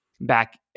back